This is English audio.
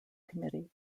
committee